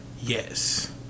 Yes